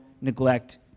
neglect